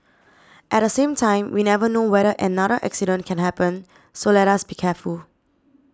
at the same time we never know whether another accident can happen so let us be careful